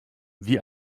wie